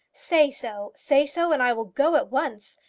say so say so, and i will go at once,